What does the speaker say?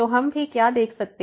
तो हम भी क्या देख सकते हैं